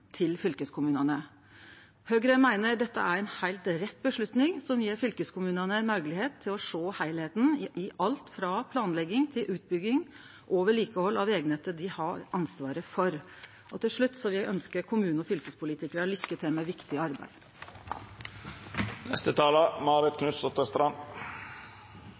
til fylkeskommunane. Høgre meiner dette er ei heilt rett avgjerd som gjev fylkeskommunane moglegheit til å sjå heilskapen i alt frå planlegging til utbygging og vedlikehald av det vegnettet dei har ansvaret for. Til slutt vil eg ønskje kommune- og fylkespolitikarar lykke til med viktig